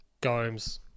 Gomes